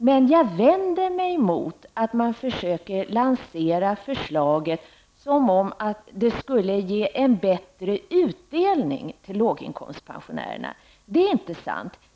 Men jag vänder mig emot att man försöker lansera förslaget som om det skulle ge en bättre utdelning till låginkomstpensionärerna. Det är inte sant.